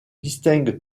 distingue